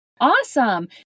Awesome